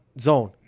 Zone